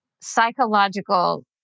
psychological